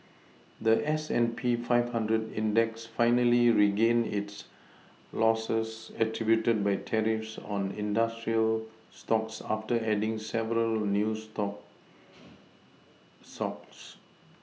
the S and P five hundred index finally regained its Losses attributed by tariffs on industrial stocks after adding several new stocks socks